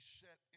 set